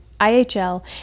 IHL